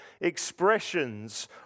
expressions